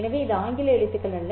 எனவே இது ஆங்கில எழுத்துக்கள் அல்ல